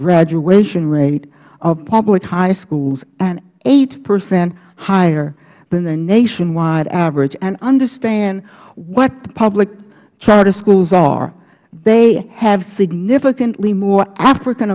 graduation rate of public high schools and eight percent higher than the nationwide average and understand what the public charter schools are they have significantly more african